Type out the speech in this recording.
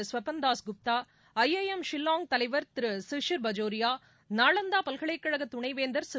Swapan Das Gupta IIM Shillong தலைவர் திருசிஷிர் பஜோரியா நாளந்தா பல்கலைக்கழக துணைவேந்தர் திரு